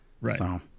Right